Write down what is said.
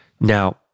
Now